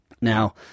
Now